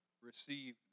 receive